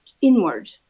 inward